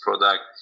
product